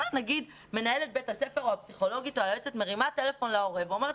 נגיד מנהלת בית הספר או היועצת או הפסיכולוגית מרימה טלפון להורה ואומרת